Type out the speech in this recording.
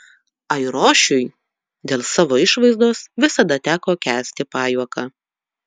airošiui dėl savo išvaizdos visada teko kęsti pajuoką